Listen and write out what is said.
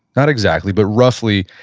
not exactly but roughly,